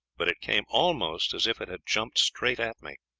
but it came almost as if it had jumped straight at me.